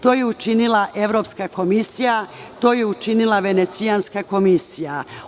To je učinila Evropska komisija, to je učinila Venecijanska komisija.